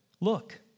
Look